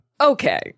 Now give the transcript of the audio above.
Okay